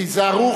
היזהרו,